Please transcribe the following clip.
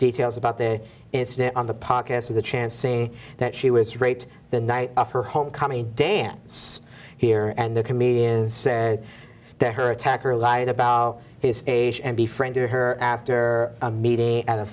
details about the on the pockets of the chancing that she was raped the night of her homecoming dance here and the comedian said to her attacker lied about his age and be friendly to her after a meeting at a